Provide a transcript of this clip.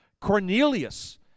cornelius